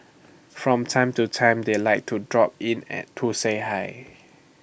from time to time they like to drop in and to say hi